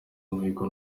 imihigo